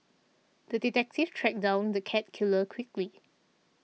the detective tracked down the cat killer quickly